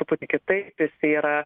truputį kitaip jisai yra